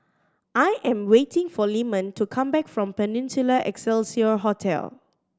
I am waiting for Leamon to come back from Peninsula Excelsior Hotel